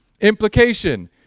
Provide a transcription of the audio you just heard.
Implication